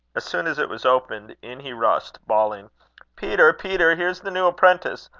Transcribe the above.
as soon as it was opened, in he rushed, bawling peter, peter, here's the new apprentice!